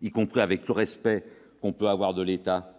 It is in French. y compris avec le respect, on peut avoir de l'État.